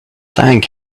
thank